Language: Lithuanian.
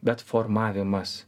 bet formavimas